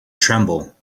tremble